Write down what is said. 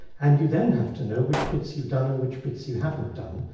and you then have to know which bits you've done and which bits you haven't done,